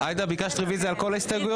עאידה, ביקשת רביזיה על כל ההסתייגויות?